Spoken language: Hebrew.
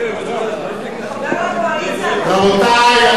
זה מתחבר לממשלה הזו, רבותי.